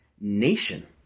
nation